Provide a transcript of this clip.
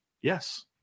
Yes